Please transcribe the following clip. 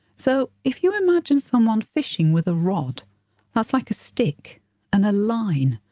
so, if you imagine someone fishing with a rod that's like a stick and a line,